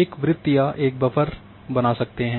एक वृत्त या एक बफर बना सकते हैं